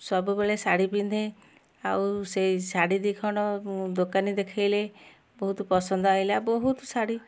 ସବୁବେଳେ ଶାଢ଼ୀ ପିନ୍ଧେ ଆଉ ସେ ଶାଢ଼ୀ ଦୁଇ ଖଣ୍ଡ ଦୋକାନୀ ଦେଖେଇଲେ ବହତୁ ପସନ୍ଦ ଆଇଲା ବହୁତ ଶାଢ଼ୀ